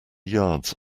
yards